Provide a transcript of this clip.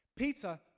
Peter